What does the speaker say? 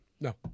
No